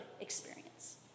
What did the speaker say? experience